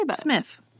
Smith